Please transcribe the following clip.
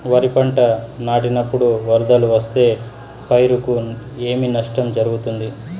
వరిపంట నాటినపుడు వరదలు వస్తే పైరుకు ఏమి నష్టం జరుగుతుంది?